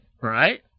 right